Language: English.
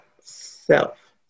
self